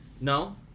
No